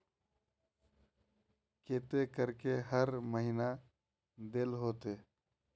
केते करके हर महीना देल होते?